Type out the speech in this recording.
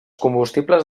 combustibles